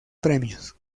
premios